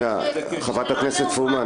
חברת הכנסת פרומן.